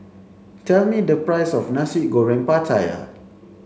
tell me the price of Nasi Goreng Pattaya